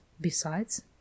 Besides